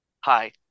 hi